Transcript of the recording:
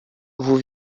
vous